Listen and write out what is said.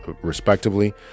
respectively